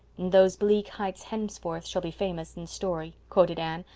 those bleak heights henceforth shall be famous in story quoted anne,